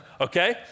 okay